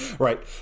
Right